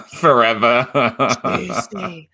forever